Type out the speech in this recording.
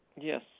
Yes